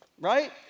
right